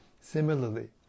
Similarly